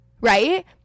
Right